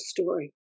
story